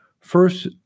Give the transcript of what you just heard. First